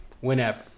whenever